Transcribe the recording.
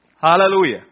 Hallelujah